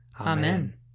Amen